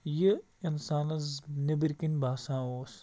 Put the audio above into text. یہِ انسانَس نٮ۪بٕرۍ کِنۍ باسان اوس